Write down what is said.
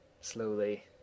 slowly